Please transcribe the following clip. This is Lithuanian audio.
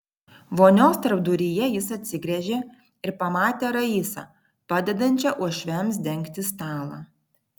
vonios tarpduryje jis atsigręžė ir pamatė raisą padedančią uošviams dengti stalą